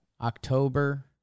October